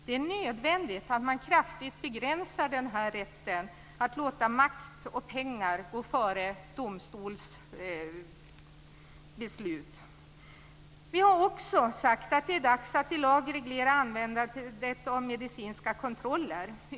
Det är nödvändigt att man kraftigt begränsar den här rätten att låta makt och pengar gå före domstolsbeslut. Vi har också sagt att det är dags att i lag reglera användandet av medicinska kontroller.